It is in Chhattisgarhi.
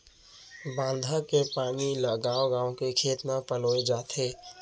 बांधा के पानी ल गाँव गाँव के खेत म पलोए जाथे